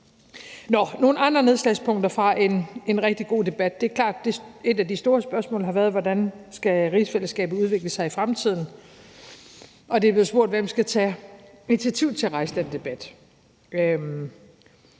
nogle andre nedslagspunkter fra en rigtig god debat. Det er klart, at et af de store spørgsmål har været, hvordan rigsfællesskabet skal udvikle sig i fremtiden, og der er blevet spurgt om, hvem der skal tage initiativ til at rejse den debat.